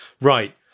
right